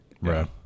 Right